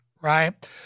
right